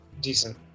decent